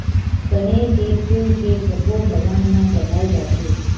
कनेर के फूल के सब्बो भगवान म चघाय जाथे